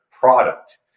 product